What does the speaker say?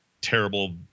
terrible